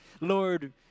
Lord